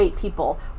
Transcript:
people